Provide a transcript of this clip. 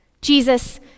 Jesus